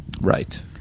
right